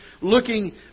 looking